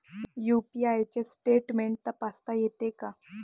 UPI चे statement तपासता येते का?